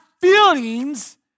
feelings